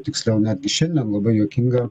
tiksliau netgi šiandien labai juokinga